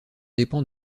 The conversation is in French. dépend